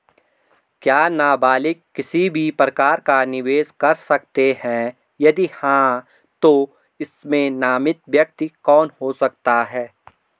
क्या नबालिग किसी भी प्रकार का निवेश कर सकते हैं यदि हाँ तो इसमें नामित व्यक्ति कौन हो सकता हैं?